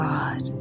God